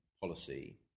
policy